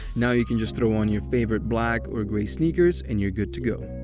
now, you can just throw on your favorite black or gray sneakers, and you're good to go.